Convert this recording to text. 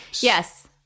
yes